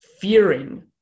fearing